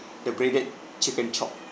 the breaded chicken chop